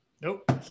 Nope